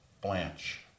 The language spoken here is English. Blanche